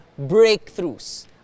breakthroughs